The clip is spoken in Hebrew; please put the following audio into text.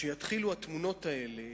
כשיתחילו התמונות האלה